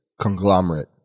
conglomerate